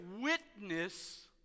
witness